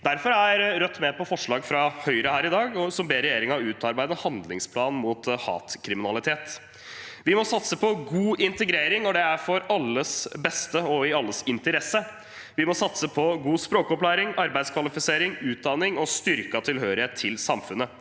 Derfor har Rødt sammen med Høyre et forslag her i dag der vi ber regjeringen utarbeide en handlingsplan mot hatkriminalitet. Vi må satse på god integrering. Det er til alles beste og i alles interesse. Vi må satse på god språkopplæring, arbeidskvalifisering, utdanning og styrket tilhørighet til samfunnet.